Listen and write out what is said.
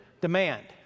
demand